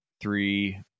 three